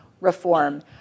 reform